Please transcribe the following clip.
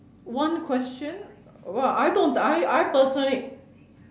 one question uh well I don't I I personally